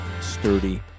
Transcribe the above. sturdy